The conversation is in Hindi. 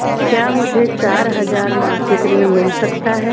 क्या मुझे चार हजार मासिक ऋण मिल सकता है?